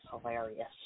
hilarious